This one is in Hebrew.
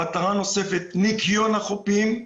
מטרה נוספת, ניקיון החופים.